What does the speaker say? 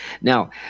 now